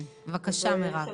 מירב, בבקשה.